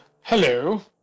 hello